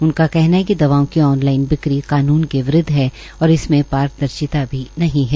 उनका कहना है कि दवाओं की ऑन लाइन बिक्री कानून के विरूदव है और इसमें पारदर्शिता भी नहीं है